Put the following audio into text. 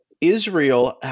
Israel